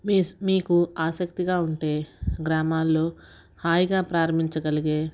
మీస్ మీకు ఆసక్తిగా ఉంటే గ్రామాల్లో హాయిగా ప్రారంభించగలగే